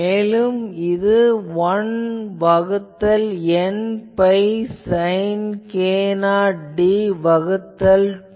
மேலும் இது 1 வகுத்தல் n pi sine n k0d வகுத்தல் 2 ஆகிறது